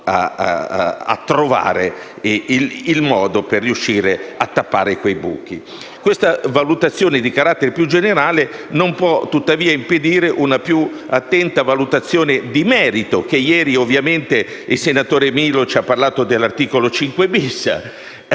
a trovare il modo di tappare quei buchi. Questa valutazione di carattere più generale non può impedire una più attenta valutazione di merito. Ieri il senatore Milo ci ha parlato dell'articolo 5-*bis*